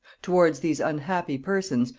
towards these unhappy persons,